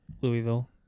Louisville